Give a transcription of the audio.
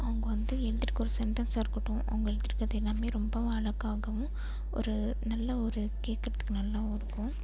அவங்க வந்து எழுதிருக்க ஒரு சென்ட்டன்ஸாக இருக்கட்டும் அவங்க எழுதி இருக்கிறது எல்லாமே ரொம்ப அழகாகவும் ஒரு நல்ல ஒரு கேட்கறதுக்கு நல்லாவும் இருக்கும்